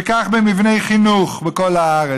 וכך במבני חינוך בכל הארץ.